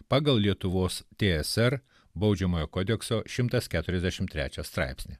pagal lietuvos tsr baudžiamojo kodekso šimtas keturiasdešim trečią straipsnį